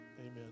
amen